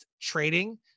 trading